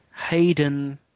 Hayden